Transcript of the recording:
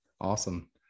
Awesome